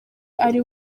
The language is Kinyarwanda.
ari